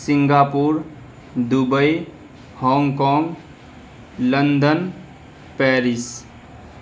Singapore Dubai Hong Kong London Paris